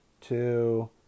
two